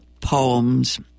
poems